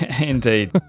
Indeed